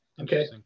Okay